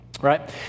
Right